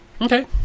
Okay